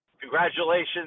congratulations